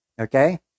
Okay